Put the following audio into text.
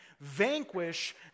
vanquish